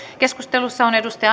keskustelussa on